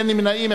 אין נמנעים,